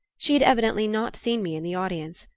she had evidently not seen me in the audience,